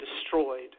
destroyed